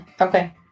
Okay